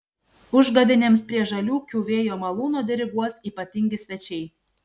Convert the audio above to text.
užgavėnėms prie žaliūkių vėjo malūno diriguos ypatingi svečiai